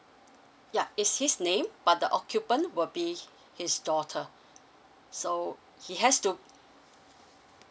yup it's his name but the occupant will be his daughter so he has to